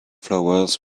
flowers